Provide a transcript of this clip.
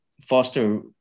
foster